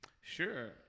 sure